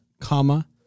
comma